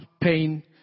pain